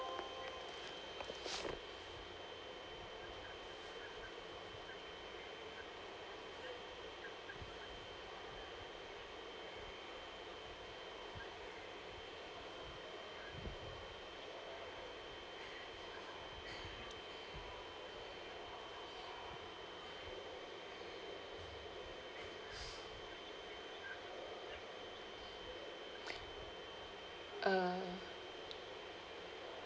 uh